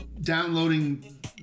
downloading